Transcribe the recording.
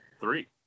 Three